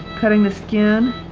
cutting the skin